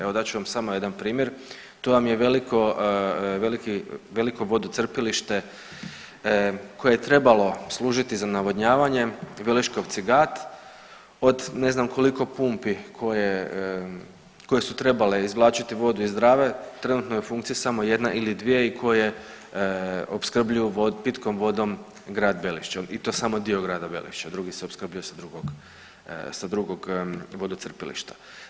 Evo dat ću vam samo jedan primjer, tu vam je veliko vodocrpilište koje je trebalo služiti za navodnjavanje Veliškovci-Gat od ne znam koliko pumpi koje su trebale izvlačiti vodu iz Drave, trenutno je u funkciji samo jedna ili dvije i koje opskrbljuju pitkom vodom grad Belišće i to samo dio grada Belišća, drugi se opskrbljuje sa drugog vodocrpilišta.